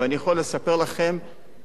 אני יכול לספר לכם,